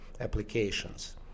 applications